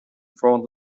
front